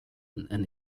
and